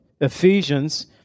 Ephesians